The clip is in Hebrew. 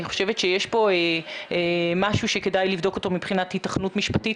אני חושבת שיש פה משהו שכדאי לבדוק אותו מבחינת היתכנות משפטית.